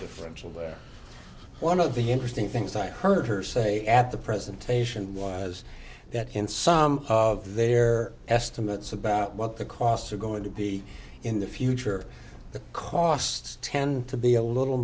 differential where one of the interesting things i heard her say at the presentation was that in some of their estimates about what the costs are going to be in the future the costs tend to be a little